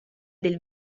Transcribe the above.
del